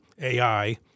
AI